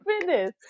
Fitness